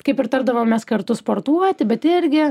kaip ir tardavomės kartu sportuoti bet irgi